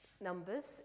numbers